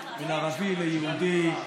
בין ערבי ליהודי,